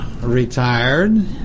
Retired